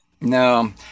no